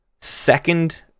second